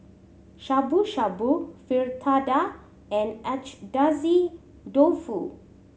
Shabu Shabu Fritada and Agedashi Dofu